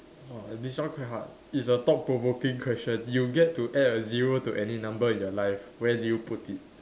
!wah! this one quite hard it's the thought provoking question you get to add a zero to any number in your life where do you put it